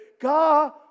God